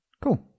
cool